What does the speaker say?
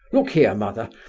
look here, mother,